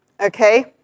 okay